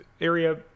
area